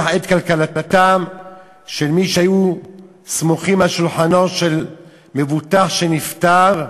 את כלכלתם של מי שהיו סמוכים על שולחנו של מבוטח שנפטר,